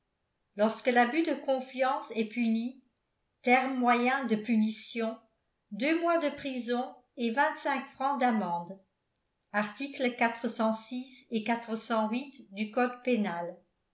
lorsque l'abus de confiance est puni terme moyen de punition deux mois de prison et vingt-cinq francs d'amende art et du code pénal